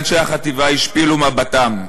ואנשי החטיבה השפילו מבטם ואמרו: